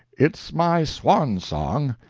it's my swan-song,